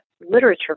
literature